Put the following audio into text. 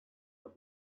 what